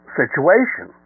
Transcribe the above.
situation